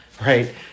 right